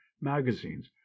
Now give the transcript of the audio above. magazines